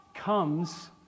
Comes